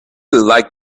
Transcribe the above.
like